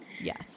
Yes